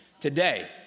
today